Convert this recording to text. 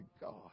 God